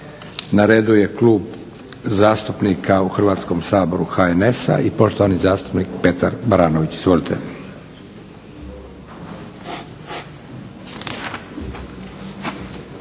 Na redu je Klub zastupnika u Hrvatskom saboru HNS-a i poštovani zastupnik Petar Baranović. Izvolite.